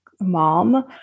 mom